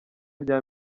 rya